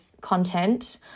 content